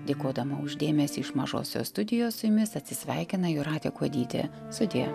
dėkodama už dėmesį iš mažosios studijos su jumis atsisveikina jūratė kuodytė sudie